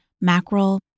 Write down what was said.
mackerel